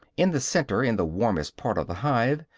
in the center, in the warmest part of the hive,